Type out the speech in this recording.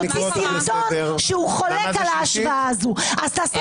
לא רוצה לא לדרוס ולא לשלוט בוועדה עצמה.